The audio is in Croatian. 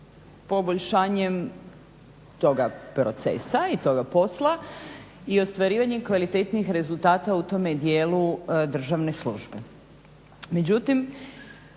poboljšanje toga procesa i toga posla i ostvarivanjem kvalitetnijih rezultata u tome dijelu državne službe.